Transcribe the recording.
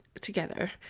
together